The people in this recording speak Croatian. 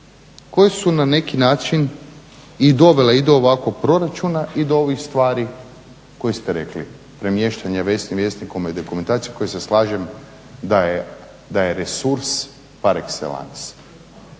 koje su na neki način i dovele i do ovakvog proračuna i do ovih stvari koje ste rekli, premještanje Vjesnikove dokumentacije koji se slažem da je resurs par exellence.